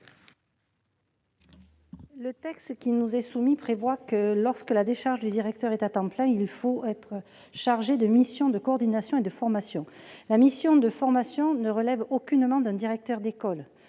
Le texte qui nous est soumis prévoit que, lorsque le directeur exerce sa fonction à temps plein, il peut être chargé de missions de formation ou de coordination. La mission de formation ne relève aucunement d'un directeur d'école.